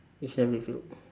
you shouldn't have revealed